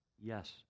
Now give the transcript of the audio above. yes